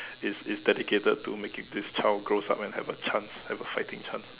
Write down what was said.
it's it's dedicated to making this child grows up and have a chance have a fighting chance